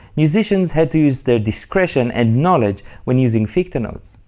musicians had to use their discretion and knowledge when using ficta notes,